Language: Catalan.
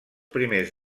primers